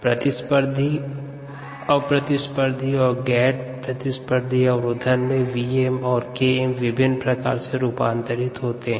प्रतिस्पर्धी अप्रतिस्पर्धी और गैर प्रतिस्पर्धी अवरोधन में Vm और Km विभिन्न प्रकार से रूपांतरित होते है